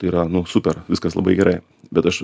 yra nu super viskas labai gerai bet aš